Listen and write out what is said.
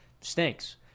stinks